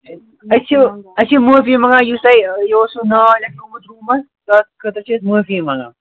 أسۍ چھُو أسۍ چھِ معٲفی منٛگان یُس تۄہہِ یہِ اوسوُ ناو لٮ۪کھنومُت روٗمَس تَتھ خٲطرٕ چھِ أسۍ معٲفی منٛگان